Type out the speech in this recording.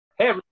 Hey